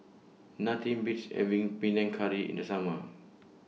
Nothing Beats having Panang Curry in The Summer